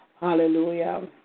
Hallelujah